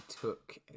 took